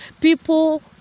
people